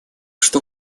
что